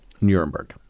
Nuremberg